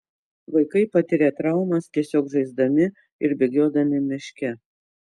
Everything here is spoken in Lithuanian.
vaikai patiria traumas tiesiog žaisdami ir bėgiodami miške